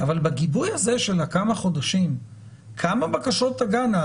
אבל בגיבוי הזה של כמה חודשים כמה בקשות תגענה?